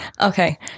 okay